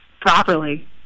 properly